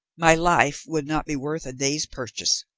my life would not be worth a day's purchase.